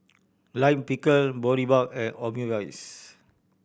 Lime Pickle Boribap and Omurice